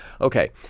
Okay